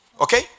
Okay